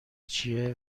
چیه